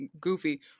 goofy